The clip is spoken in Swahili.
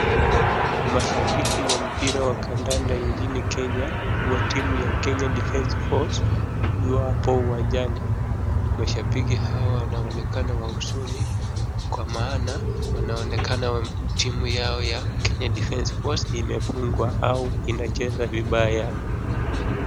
Mashabiki wa mpira wa kadanda nchini Kenya, wa timu ya Kenya Defence Force wapo uwanjani. Mashabiki hawa wanaonekana wa huzuni kwa maana, wanaonekana timu yao ya Kenya Defence Force imefungwa au inacheza vibaya.